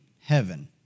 heaven